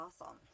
awesome